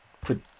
put